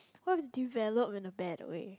what is develop in the bad way